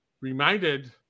reminded